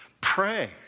Pray